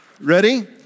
Ready